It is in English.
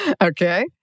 Okay